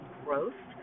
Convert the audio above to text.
growth